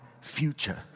future